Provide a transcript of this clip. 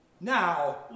now